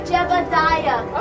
Jebediah